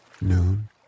noon